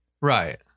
Right